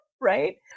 Right